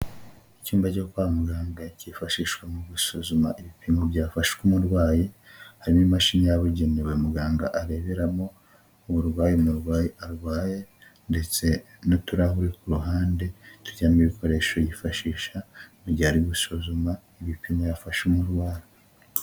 Icyumba cyo kwa muganga cyifashishwa mu gusuzuma ibipimo byafashwe umurwayi, harimo imashini yababugenewe muganga areberamo, uburwayi umurwayi arwaye ndetse n'uturahuri ku ruhande tudujyamo ibikoresho yifashisha mu gihe ari gusuzuma ibipimo yafashe umurwayi.